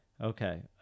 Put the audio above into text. Okay